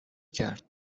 کرد